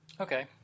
Okay